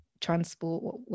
transport